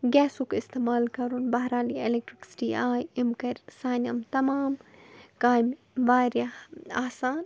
گیسُک استعمال کَرُن بہرحال یہِ اٮ۪لیکٹٕرٛکسِٹی آے اَمہِ کَرِ سانہِ یِم تَمام کامہِ واریاہ آسان